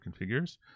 configures